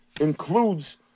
includes